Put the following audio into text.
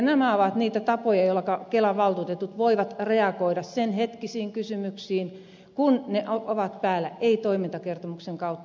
nämä ovat niitä tapoja joilla kelan valtuutetut voivat reagoida senhetkisiin kysymyksiin kun ne ovat päällä ei toimintakertomuksen kautta